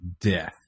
death